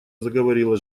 заговорила